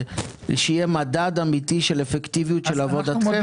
שיהיה מדד אמיתי של אפקטיביות של עבודתכם?